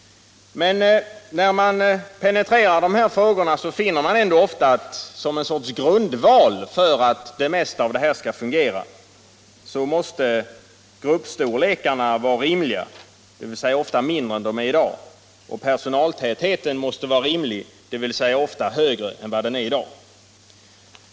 Men när man penetrerar de här frågorna finner man ofta att som en sorts grundval för att det mesta av detta skall fungera måste gruppstorlekarna vara rimliga, dvs. ofta mindre än vad de är i dag, och personaltätheten vara rimlig, dvs. ofta högre än vad den är i dag.